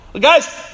Guys